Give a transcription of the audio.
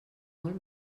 molt